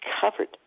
covered